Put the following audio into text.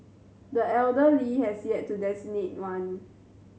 the elder Lee has yet to designate one